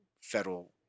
federal